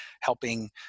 helping